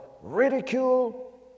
ridicule